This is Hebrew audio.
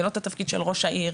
ולא את התפקיד של ראש העיר,